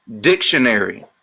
dictionary